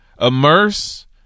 immerse